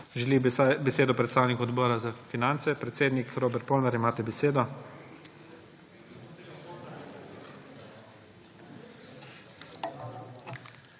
Želi besedo predstavnik Odbora za finance predsednik Robert Polnar? Izvolite, imate besedo.